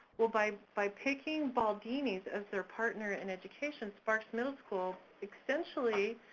well by by picking baldini's as their partner in education, sparks middle school, essentially,